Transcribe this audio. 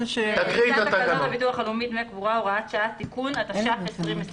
הצעת תקנות הביטוח הלאומי (דמי קבורה) (הוראת שעה) (תיקון) תש"ף -2020